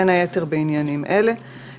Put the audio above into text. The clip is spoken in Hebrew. בין היתר בעניינים אלה: (א).